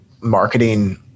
marketing